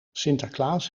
sinterklaas